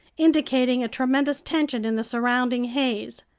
indicating a tremendous tension in the surrounding haze.